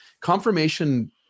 confirmation